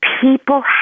people